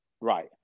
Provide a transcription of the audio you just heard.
right